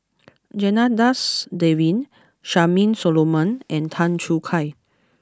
Janadas Devan Charmaine Solomon and Tan Choo Kai